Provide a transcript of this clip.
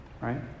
Right